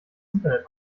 internet